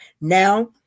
now